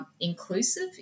inclusive